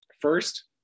First